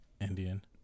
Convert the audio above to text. Indian